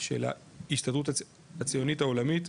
של ההסתדרות הציונית העולמית,